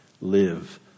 live